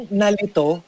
nalito